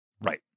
Right